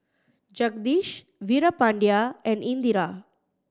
Jagadish Veerapandiya and Indira